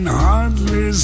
hardly